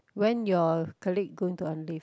when your colleague going to on leave